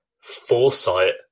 foresight